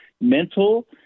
mental